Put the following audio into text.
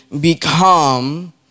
become